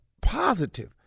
positive